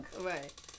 Right